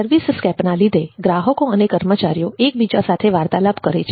service સ્કેપના લીધે ગ્રાહકો અને કર્મચારીઓ એકબીજા સાથે વાર્તાલાપ કરે છે